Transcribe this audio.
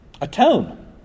atone